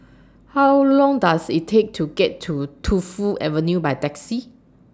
How Long Does IT Take to get to Tu Fu Avenue By Taxi